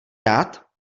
dát